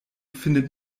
findet